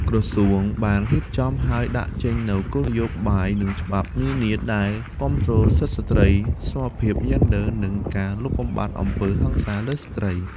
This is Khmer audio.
ក្រសួងបានរៀបចំ ហើយដាក់ចេញនូវគោលនយោបាយ និងច្បាប់នានាដែលគាំទ្រសិទ្ធិស្ត្រី សមភាពយេនឌ័រ និងការលុបបំបាត់អំពើហិង្សាលើស្ត្រី។